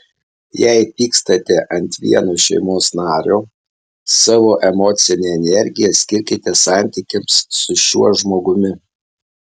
jei pykstate ant vieno šeimos nario savo emocinę energiją skirkite santykiams su šiuo žmogumi